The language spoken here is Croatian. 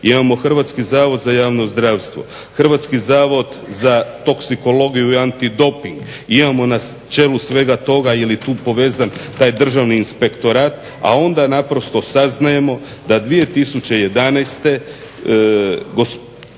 imamo Hrvatski zavod za javno zdravstvo, Hrvatski zavod za toksikologiju i antidoping, imamo na čelu svega toga jeli tu povezan taj Državni inspektorat, a onda naprosto saznajemo da 2011.gospodarski